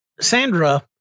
Sandra